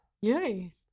Yay